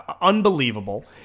unbelievable